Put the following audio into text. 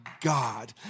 God